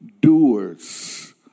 doers